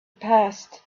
passed